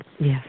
Yes